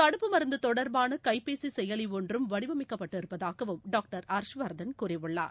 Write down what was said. தடுப்பு மருந்துதொடர்பானகைப்பேசிசெயலிஒன்றும் வடிவமைக்கப்பட்டிருப்பதாகவும் டாக்டர் ஹர்ஷ்வர்தன் கூறியுள்ளார்